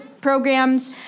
programs